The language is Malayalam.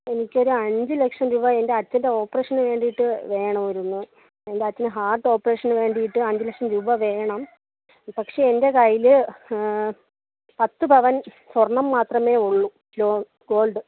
എനിക്കൊരു അഞ്ച് ലക്ഷം രൂപ എൻ്റെ അച്ഛൻ്റെ ഓപ്പറേഷനു വേണ്ടിയിട്ട് വേണമായിരുന്നു എൻ്റെ അച്ഛന് ഹാർട്ട് ഓപ്പറേഷനു വേണ്ടിയിട്ട് അഞ്ചുലക്ഷം രൂപ വേണം പക്ഷെ എൻ്റെ കയ്യിൽ പത്തു പവൻ സ്വർണം മാത്രമേ ഉള്ളൂ ലോൺ ഗോൾഡ്